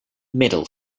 middle